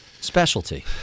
specialty